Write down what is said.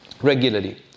regularly